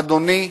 אדוני,